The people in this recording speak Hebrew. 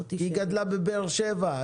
היא גדלה בבאר שבע,